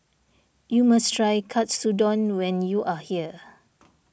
you must try Katsudon when you are here